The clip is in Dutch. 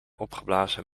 opgeblazen